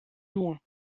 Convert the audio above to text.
loing